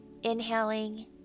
Inhaling